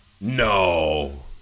No